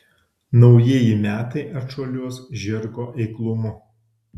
naujieji metai atšuoliuos žirgo eiklumu